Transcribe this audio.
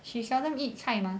she seldom eat 菜 mah